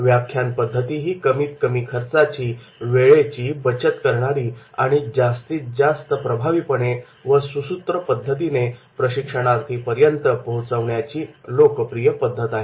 व्याख्यान पद्धती ही कमीत कमी खर्चाची वेळेची बचत करणारी आणि जास्तीत जास्त माहिती प्रभावीपणे व सुसूत्र पद्धतीने प्रशिक्षणार्थी पर्यंत पोहोचवण्याची लोकप्रिय पद्धत आहे